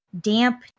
Damp